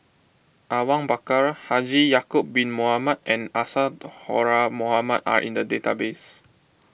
Awang Bakar Haji Ya'Acob Bin Mohamed and Isadhora Mohamed are in the database